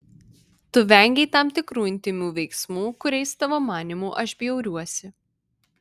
tu vengei tam tikrų intymių veiksmų kuriais tavo manymu aš bjauriuosi